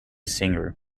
singer